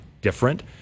different